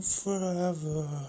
forever